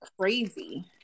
crazy